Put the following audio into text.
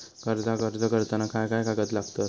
कर्जाक अर्ज करताना काय काय कागद लागतत?